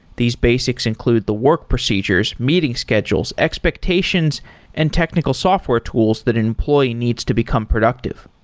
these basics include the work procedures meeting schedules, expectations and technical software tools that an employee needs to become productive.